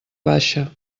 baixa